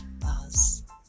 buzz